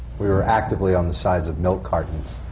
we were actively on the sides of milk cartons,